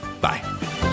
Bye